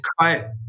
cut